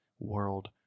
world